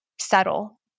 settle